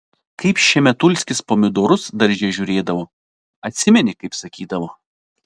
kaip šemetulskis pomidorus darže žiūrėdavo atsimeni kaip sakydavo